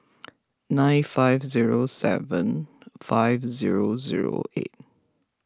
nine five zero seven five zero zero eight